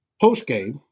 post-game